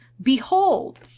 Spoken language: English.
behold